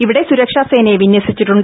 ഇവിടെ സുരക്ഷാ സേനയെ വിന്യസിച്ചിട്ടുണ്ട്